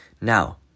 Now